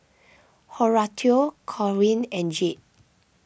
Horatio Corwin and Jade